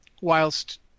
whilst